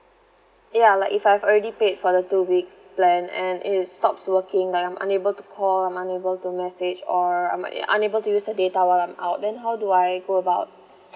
ya like if I've already paid for the two weeks plan and it stops working like I'm unable to call I'm unable to message or I'm unable to use the data while I'm out then how do I go about